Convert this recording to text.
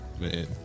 Man